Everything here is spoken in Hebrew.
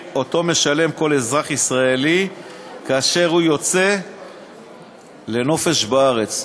שמשלם כל אזרח ישראלי כאשר הוא יוצא לנופש בארץ.